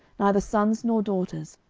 neither sons nor daughters,